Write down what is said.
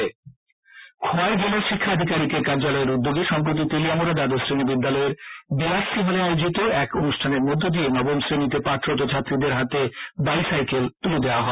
bicycle মেলা খোয়াই জেলা শিক্ষা আধিকারিকের কার্যালয়ের উদ্যোগে সম্প্রতি তেলিয়ামুড়া দ্বাদশ শ্রেণী বিদ্যালয়ের বি আর সি হলে আয়োজিত এক অনুষ্ঠানের মধ্য দিয়ে নবম শ্রেণীতে পাঠরত ছাত্রীদের হাতে বাইসাইকেল তুলে দেওয়া হয়